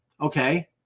okay